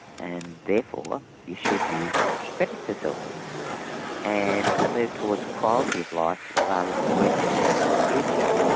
and therefore you should use credit facilities and a move towards quality of life rather than working towards the future.